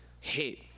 hit